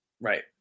Right